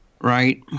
right